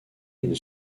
une